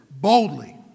Boldly